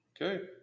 Okay